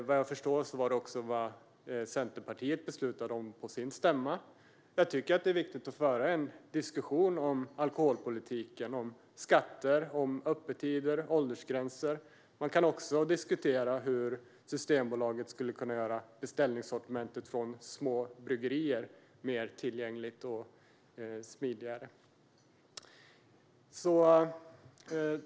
Vad jag förstår var det också vad Centerpartiet beslutade om på sin stämma. Jag tycker att det är viktigt att föra en diskussion om alkoholpolitiken, om skatter, öppettider och åldersgränser. Man kan också diskutera hur Systembolaget skulle kunna göra beställningssortimentet från små bryggerier mer tillgängligt och smidigare.